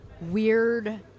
weird